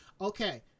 Okay